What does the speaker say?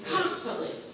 Constantly